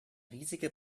riesige